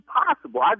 possible